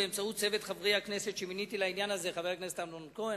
באמצעות צוות חברי הכנסת שמיניתי לעניין הזה: חבר הכנסת אמנון כהן,